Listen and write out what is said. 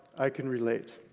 i can relate.